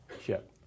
ship